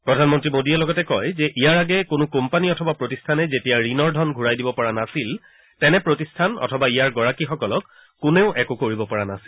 প্ৰধানমন্ত্ৰী মোদীয়ে লগতে কয় যে ইয়াৰ আগেয়ে কোনো কোম্পানী অথবা প্ৰতিষ্ঠানে যেতিয়া ঋণৰ ধন ঘূৰাই দিব পৰা নাছিল তেনে প্ৰতিষ্ঠান অথবা ইয়াৰ গৰাকীসকলক কোনেও একো কৰিব পৰা নাছিল